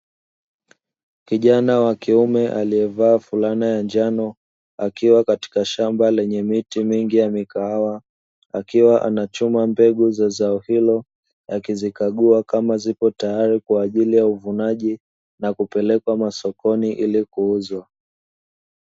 Kijana wa kiume aliyevaa fulana ya njano, akiwa katika shamba lenye miti mingi ya mikahawa, akiwa anachuma mbegu za zao hilo, akizikagua kama zipo tayari kwa ajili ya uvunaji na kupelekwa masokoni ili kuuzwa.